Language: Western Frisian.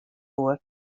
oer